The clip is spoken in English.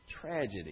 tragedy